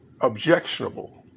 objectionable